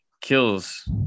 Kills